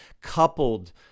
coupled